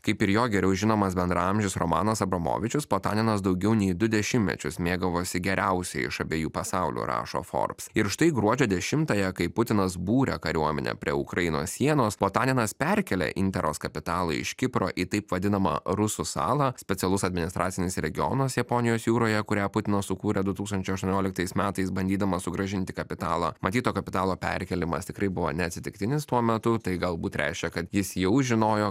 kaip ir jo geriau žinomas bendraamžis romanas abramovičius potaninas daugiau nei du dešimtmečius mėgavosi geriausiai iš abiejų pasaulių rašo forbes ir štai gruodžio dešimtąją kai putinas būrė kariuomenę prie ukrainos sienos potaninas perkėlė interos kapitalą iš kipro į taip vadinamą rusų salą specialus administracinis regionas japonijos jūroje kurią putinas sukūrė du tūkstančiai aštuonioliktais metais bandydamas sugrąžinti kapitalą matyt to kapitalo perkėlimas tikrai buvo neatsitiktinis tuo metu tai galbūt reiškia kad jis jau žinojo